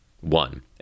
One